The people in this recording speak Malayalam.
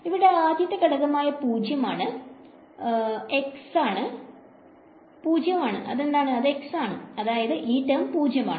ഇവിടെ ആദ്യത്തെ ഘടകം ആയ 0 ആണ് 0 ആണ് x ആണ് അതായത് ഈ term 0 ആണ്